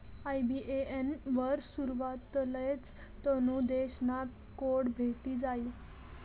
IBAN वर सुरवातलेच तुना देश ना कोड भेटी जायी